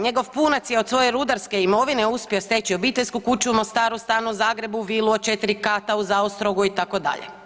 Njegov punac je od svoje rudarske imovine uspio steći obiteljsku kuću u Mostaru, stan u Zagrebu, vilu od 4 kata u Zaostrogu itd.